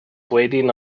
waiting